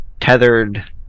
tethered